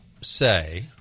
say